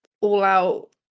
all-out